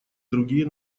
другие